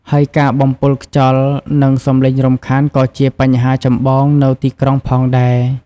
ហើយការបំពុលខ្យល់ និងសំឡេងរំខានក៏ជាបញ្ហាចម្បងនៅទីក្រុងផងដែរ។